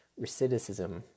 recidivism